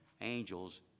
angels